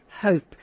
hope